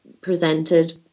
presented